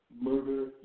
murder